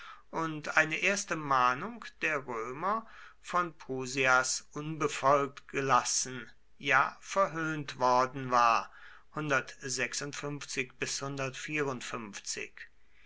und eine erste mahnung der römer von prusias unbefolgt gelassen ja verhöhnt worden war